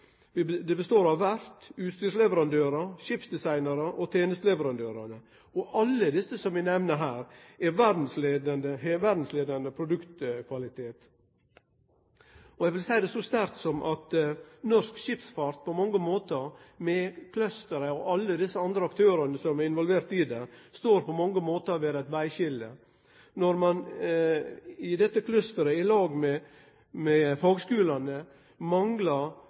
her, har verdsleiande produktkvalitet. Eg vil seie det så sterkt som at norsk skipsfart på mange måtar – med clusteren og alle dei andre aktørane som er involverte i dette – står ved eit vegskilje. Når ein i denne clusteren, i lag med fagskulane, manglar